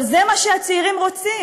אבל זה מה שהצעירים רוצים.